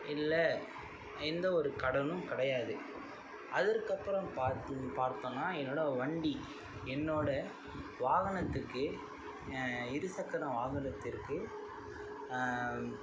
இல்லை எந்த ஒரு கடனும் கிடையாது அதற்கப்புறம் பாத்தி பார்த்தோம்னால் என்னோடய வண்டி என்னோடய வாகனத்துக்கு இருசக்கர வாகனத்திற்கு